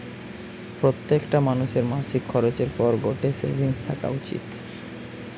প্রত্যেকটা মানুষের মাসিক খরচের পর গটে সেভিংস থাকা উচিত